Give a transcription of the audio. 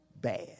bad